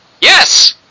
Yes